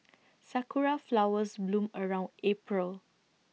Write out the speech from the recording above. Sakura Flowers bloom around April